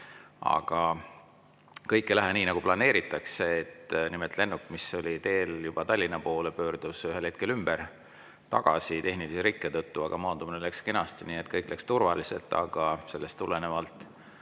Aga kõik ei lähe nii, nagu planeeritakse. Nimelt lennuk, mis oli teel juba Tallinna poole, pöördus ühel hetkel ümber ja [läks] tagasi tehnilise rikke tõttu. Aga maandumine läks kenasti, nii et kõik läks turvaliselt. Sellest tulenevalt